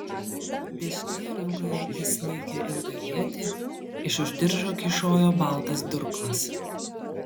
dešinėje rankoje jis laikė ilgą ietį iš už diržo kyšojo baltas durklas